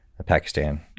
Pakistan